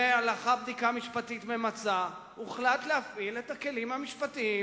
ולאחר בדיקה משפטית ממצה הוחלט להפעיל את הכלים המשפטיים,